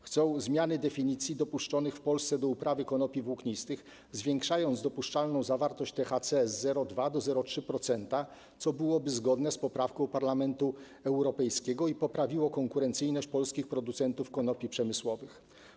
Chcą zmiany definicji dopuszczonych w Polsce do uprawy konopi włóknistych, zwiększenia dopuszczalnej zawartości THC z 0,2 do 0,3%, co byłoby zgodne z poprawką Parlamentu Europejskiego i poprawiłoby konkurencyjność polskich producentów konopi przemysłowych.